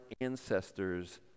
ancestors